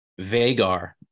Vagar